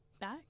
back